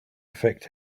affect